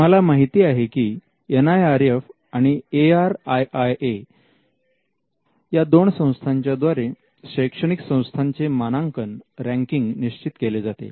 तुम्हाला माहिती आहे की NIRF आणि ARIIA या दोन संस्थांच्या द्वारे शैक्षणिक संस्थांचे मानांकन रँकिंग निश्चित केले जाते